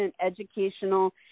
educational